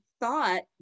thought